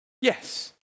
Yes